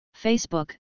Facebook